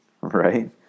right